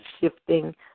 shifting